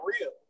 real